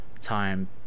time